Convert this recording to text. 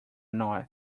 not